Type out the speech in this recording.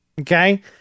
Okay